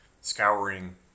scouring